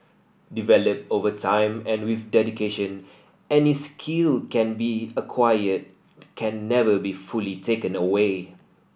developed over time and with dedication any skill can be acquired can never be fully taken away